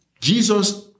Jesus